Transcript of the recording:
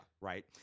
Right